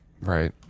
Right